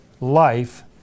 life